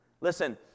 Listen